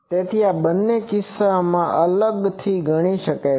તેથી આ બંને કિસ્સાઓ અલગથી ગણી શકાય છે